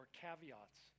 caveats